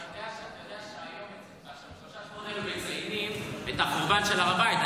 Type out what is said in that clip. אבל אתה יודע שהשלושה שבועות האלה מציינים את החורבן של הר הבית.